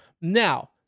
Now